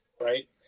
right